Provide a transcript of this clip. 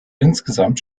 insgesamt